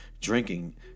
drinking